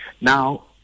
now